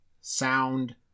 sound